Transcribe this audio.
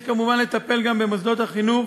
יש, כמובן, לטפל גם במוסדות החינוך